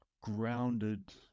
grounded